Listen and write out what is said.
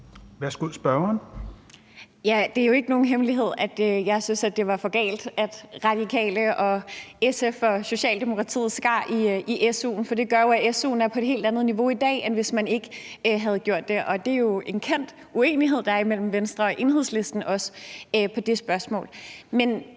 Det er jo ikke nogen hemmelighed, at jeg synes, det var for galt, at Radikale og SF og Socialdemokratiet skar i su'en, for det gør, at su'en er på et helt andet niveau i dag, end hvis man ikke havde gjort det. Og det er jo en kendt uenighed, der er imellem Venstre og Enhedslisten,